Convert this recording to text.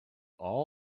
all